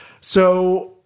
So-